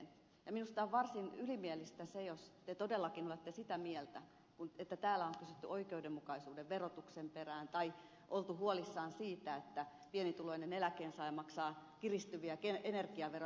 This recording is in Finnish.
minusta on varsin ylimielistä se jos te todellakin olette sitä mieltä että kun täällä on kysytty oikeudenmukaisuuden verotuksen perään tai oltu huolissaan siitä että pienituloinen eläkkeensaaja maksaa kiristyviä energiaveroja tämä on teidän mielestänne kateutta